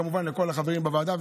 כמובן לכל החברים בוועדה,